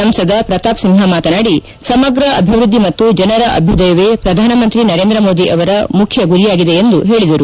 ಸಂಸದ ಪ್ರತಾಪ್ ಸಿಂಪ ಮಾತನಾಡಿ ಸಮಗ್ರ ಅಭಿವೃದ್ದಿ ಮತ್ತು ಜನರ ಅಭ್ಯುದಯವೇ ಪ್ರಧಾನಮಂತ್ರಿ ನರೇಂದ್ರಮೋದಿ ಅವರ ಮುಖ್ಯ ಗುರಿಯಾಗಿದೆ ಎಂದು ಹೇಳಿದರು